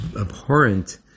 abhorrent